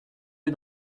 eux